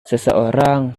seseorang